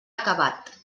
acabat